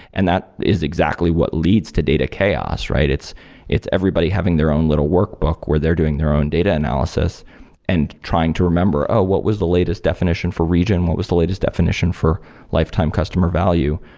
and that is exactly what leads to data chaos, right? it's it's everybody having their own little workbook where they're doing their own data analysis and trying to remember, oh, what was the latest definition for region? what was the latest definition for lifetime customer value?